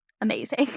amazing